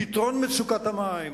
פתרון מצוקת המים,